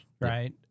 right